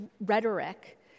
rhetoric